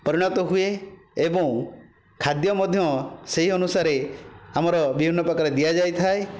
ପରିଣତ ହୁଏ ଏବଂ ଖାଦ୍ୟ ମଧ୍ୟ ସେହି ଅନୁସାରେ ଆମର ବିଭିନ୍ନ ପ୍ରକାର ଦିଆଯାଇଥାଏ